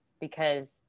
because-